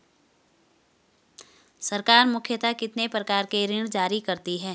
सरकार मुख्यतः कितने प्रकार के ऋण जारी करती हैं?